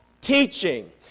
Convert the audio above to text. teaching